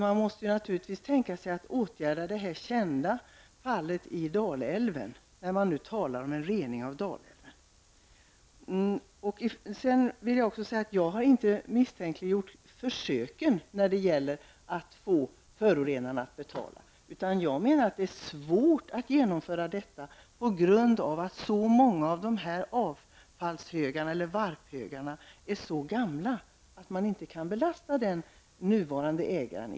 Man måste naturligtvis kunna tänka sig att åtgärda det här kända fallet i Dalälven när det nu talas om en rening av Dalälven. Jag har inte misstänkliggjort försöken att få förorenarna att betala. Jag menar att det är svårt att genomföra detta på grund av att så många av dessa avfallshögar eller varphögar är så gamla att man i alla lägen inte kan belasta den nuvarande ägaren.